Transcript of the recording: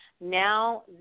now